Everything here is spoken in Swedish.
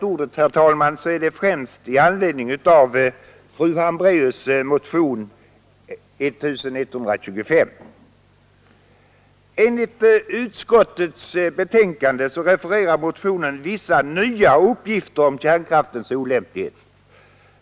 Herr talman! Jag har begärt ordet främst i anledning av fru Hambraeus” motion nr 1125. Enligt utskottets betänkande refereras i motionen vissa nya uppgifter om kärnkraftens olämplighet.